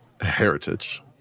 heritage